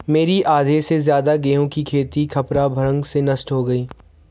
मेरी आधा से ज्यादा गेहूं की खेती खपरा भृंग से नष्ट हो गई